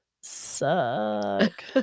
suck